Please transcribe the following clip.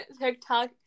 TikTok